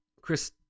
Chris